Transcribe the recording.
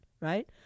right